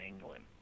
England